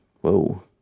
Whoa